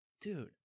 Dude